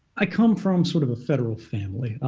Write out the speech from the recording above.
i come from sort of a federal family.